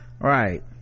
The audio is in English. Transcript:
right